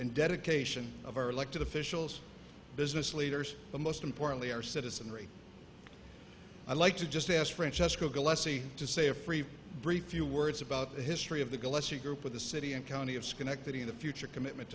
and dedication of our elected officials business leaders but most importantly our citizenry i'd like to just ask francesco gillespie to say a free brief you words about the history of the gillespie group with the city and county of schenectady in the future commitment